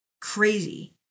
crazy